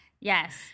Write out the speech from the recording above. Yes